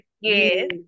yes